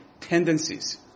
tendencies